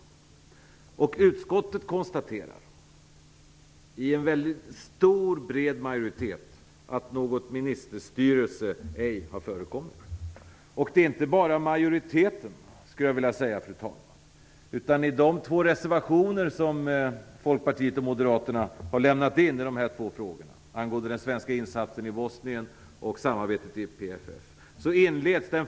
Utskottet konstaterar med mycket bred majoritet att något ministerstyre inte har förekommit. Det är inte bara majoriteten som gör det, skulle jag vilja säga, fru talman. Det gör också reservanterna bakom de två reservationer som Folkpartiet och Moderaterna har lämnat in angående den svenska insatsen i Bosnien och samarbetet inom PFF.